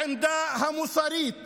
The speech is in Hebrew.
העמדה המוסרית שלנו,